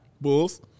Bulls